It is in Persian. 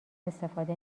استفاده